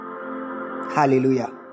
Hallelujah